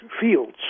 fields